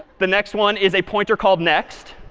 the next one is a pointer called next.